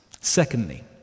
Secondly